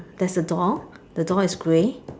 there's a door the door is grey